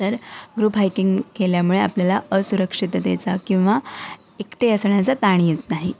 तर group hiking केल्यामुळे आपल्याला असुरक्षिततेचा किंवा एकटे असण्याचा ताण येत नाही